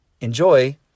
enjoy